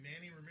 Manny